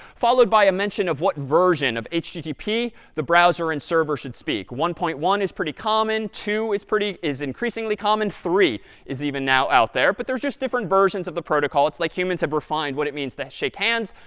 followed by a mention of what version of http the browser and server should speak. one point one is pretty common. two is pretty is increasingly common. three is even now out there. but there's just different versions of the protocol. it's like humans have refined what it means to shake hands.